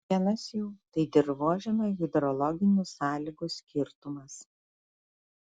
vienas jų tai dirvožemio hidrologinių sąlygų skirtumas